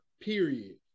period